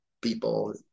people